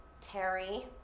Terry